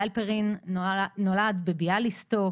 הלפרין נולד בביאליסטוק